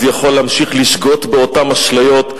אז יכול להמשיך לשגות באותן אשליות.